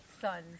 sons